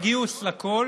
בגיוס לכול,